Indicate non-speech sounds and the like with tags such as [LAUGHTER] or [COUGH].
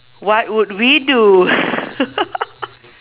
what would we do [LAUGHS]